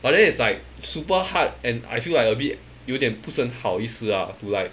but then is like super hard and I feel like a bit 有一点不是很好意思 ah to like